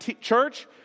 church